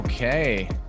okay